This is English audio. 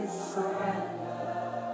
surrender